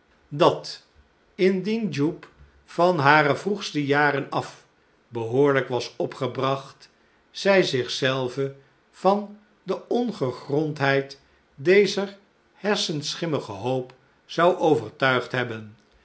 dat indien jupe van hare vroegste jaren af behoorlijk was opgebracht zij zich zelve van de ongegrondheid dezer hersenschimmige hoop zou overtuigd hebben